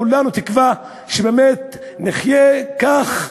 כולנו תקווה שבאמת נחיה כך,